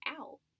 out